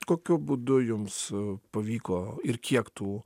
kokiu būdu jums pavyko ir kiek tų